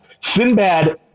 Sinbad